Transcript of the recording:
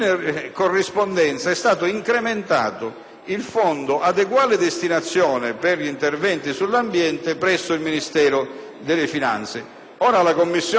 il Fondo ad eguale destinazione per gli interventi sull'ambiente presso il Ministero dell'economia e finanze. Alla Commissione è parsa assolutamente strana la prassi